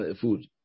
food